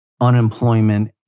unemployment